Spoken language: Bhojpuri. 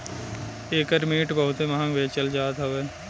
एकर मिट बहुते महंग बेचल जात हवे